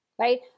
right